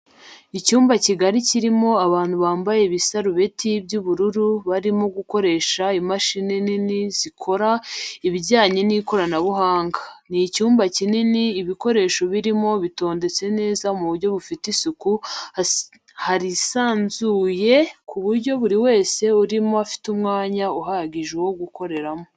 Icyumba kigari kirimo abantu bambaye ibisarubeti by'ubururu barimo gukoresha imashini nini zikora ibijyanye n'ikoranabuhanga, ni icyumba kinini ibikoresho birimo bitondetse neza mu buryo bufite isuku harisanzuye ku buryo buri wese urimo afite umwanya uhagije wo gukoreramo.